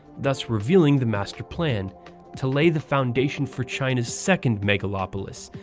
thus revealing the master plan to lay the foundation for china's second megalopolis,